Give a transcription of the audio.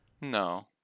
no